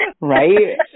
Right